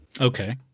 Okay